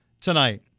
tonight